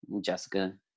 Jessica